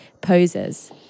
poses